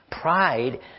Pride